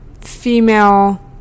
female